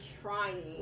trying